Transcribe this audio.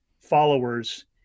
followers